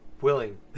Willing